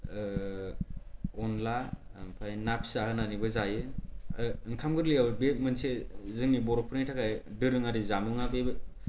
अनद्ला आमफाय ना फिसा होननानै बो जायो आरो ओंखाम गोरलैयाव बे मोनसे बर'फोरनि दोरोङारि जामुंआ